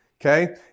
okay